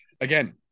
Again